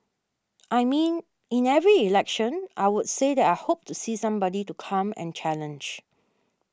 I mean in every election I'll say that I hope to see somebody to come and challenge